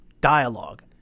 dialogue